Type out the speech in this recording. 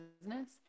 business